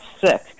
sick